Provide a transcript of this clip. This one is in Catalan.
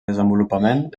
desenvolupament